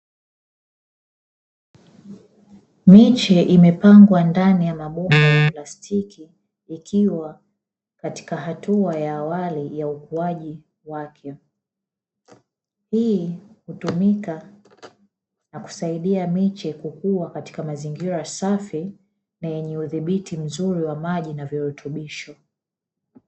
Miche imepangwa ndani ya mabomba ya plastiki ikiwa katika hatua ya awali ya ukuaji wake. Hii hutumika na kusaidia miche kukua katika mazingira safi na yenye udhibiti mzuri wa maji na virutubisho.